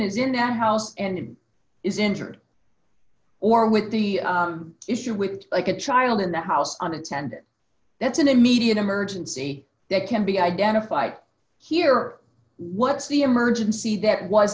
is in the house and it is injured or with the issue with like a child in the house on its end that's an immediate emergency that can be identified here or what's the emergency that was